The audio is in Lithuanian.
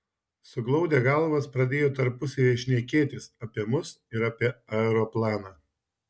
suglaudę galvas pradėjo tarpusavyje šnekėtis apie mus ir apie aeroplaną